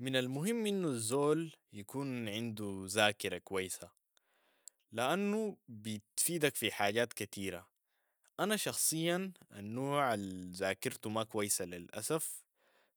من المهم إنو الزول يكون عندو زاكرة كويسة، لأنو بيتفيدك في حاجات كتيرة، أنا شخصياً النوع الزاكرتو ما كويسة للأسف،